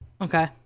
okay